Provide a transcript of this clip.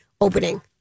opening